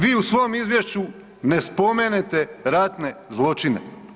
Vi u svom izvješću ne spomenete ratne zločine.